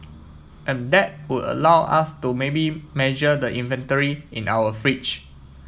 and that would allow us to maybe measure the inventory in our fridge